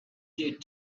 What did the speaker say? date